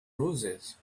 roses